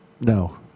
No